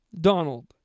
Donald